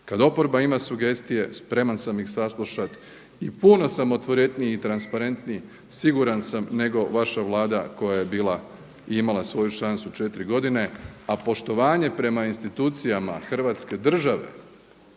Kad oporba ima sugestije spreman sam ih saslušat i puno sam otvoreniji i transparentniji siguran sam nego vaša Vlada koja je bila i imala svoju šansu 4 godine, a poštovanje prema institucijama Hrvatske države